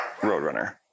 roadrunner